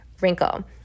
wrinkle